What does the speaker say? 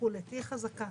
תהיי חזקה.